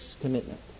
commitment